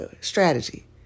strategy